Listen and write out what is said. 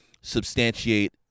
substantiate